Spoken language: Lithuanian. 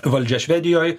valdžia švedijoj